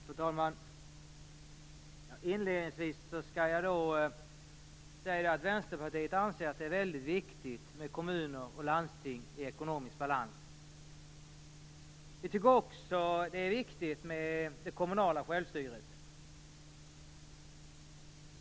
Fru talman! Inledningsvis skall jag säga att Vänsterpartiet anser att det är väldigt viktigt med kommuner och landsting i ekonomisk balans. Vi tycker också att det är viktigt med det kommunala självstyret.